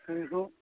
आरोबाव